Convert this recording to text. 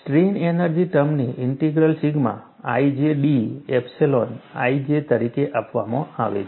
strain energy ટર્મને integral sigma ij d epsilon ij તરીકે આપવામાં આવે છે